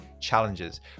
challenges